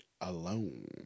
alone